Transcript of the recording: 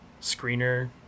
screener